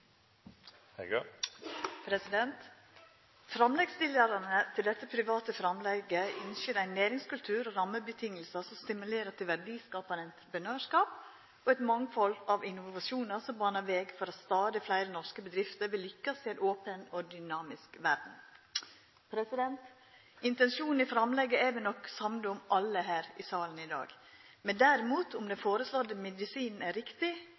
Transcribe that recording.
til. Framleggsstillaren til dette private framlegget ønskjer ein næringskultur og rammevilkår som stimulerer til verdiskapande entreprenørskap, og eit mangfald av innovasjonar som banar veg for at stadig fleire norske bedrifter vil lykkast i ei open og dynamisk verd. Intensjonen i framlegget er vi nok samde om alle her i salen i dag. Men derimot om den føreslåtte medisinen er riktig,